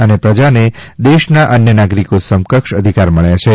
અને પ્રજાને દેશના અન્ય નાગરીકો સમકક્ષ અધિકાર મળ્યા છે